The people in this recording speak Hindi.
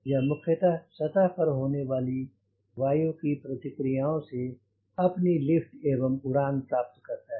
यह मुख्यतः सतह पर होने वाली वायु की प्रतिक्रियाओं से अपनी लिफ्ट एवं उड़ान प्राप्त करता है